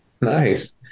Nice